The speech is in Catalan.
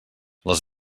les